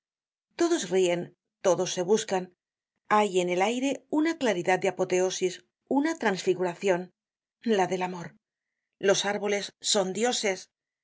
todos rien todos se buscan hay en el aire una claridad de apoteosis una transfiguracion la del amor los árboles son dioses